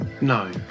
No